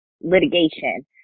litigation